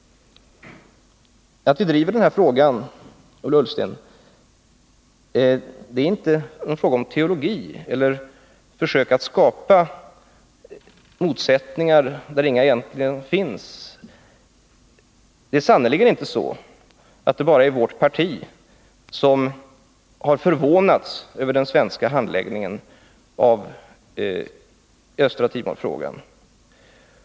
Att vi driver den här frågan, Ola Ullsten, beror inte på teologi och är inte försök att skapa motsättningar där egentligen inga finns. Det är inte så att det bara är vårt parti som har förvånats över den svenska handläggningen av Östra Timor-frågan.